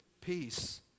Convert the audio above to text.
Peace